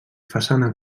façana